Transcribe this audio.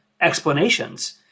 explanations